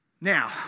Now